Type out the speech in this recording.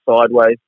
sideways